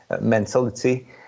mentality